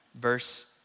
verse